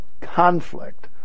conflict